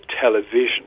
television